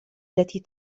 التي